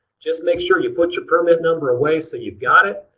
just make sure you put your permit number away so you've got it.